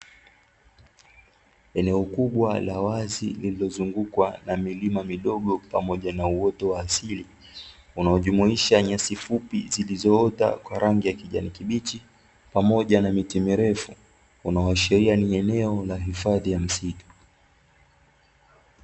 Eneo kubwa la wazi lililozungukwa na milima midogo pamoja na uoto wa asili, unaojumuisha nyasi fupi zilizoota kwa rangi ya kijani kibichi pamoja na miti mirefu, unaoashiria ni eneo la hifadhi ya msitu.